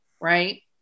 right